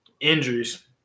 injuries